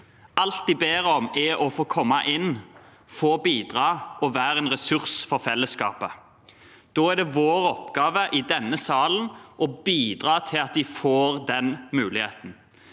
Alt de ber om, er å få komme inn, få bidra og være en ressurs for fellesskapet. Da er det vår oppgave i denne salen å bidra til at de får den muligheten